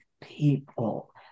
people